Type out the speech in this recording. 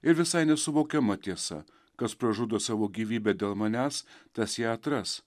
ir visai nesuvokiama tiesa kas pražudo savo gyvybę dėl manęs tas ją atras